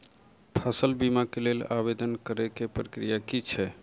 फसल बीमा केँ लेल आवेदन करै केँ प्रक्रिया की छै?